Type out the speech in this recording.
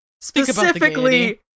specifically